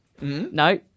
No